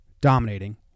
dominating